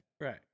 Right